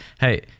hey